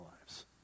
lives